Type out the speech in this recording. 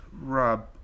Rob